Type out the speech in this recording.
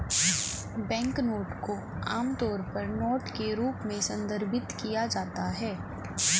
banknote को आमतौर पर नोट के रूप में संदर्भित किया जाता है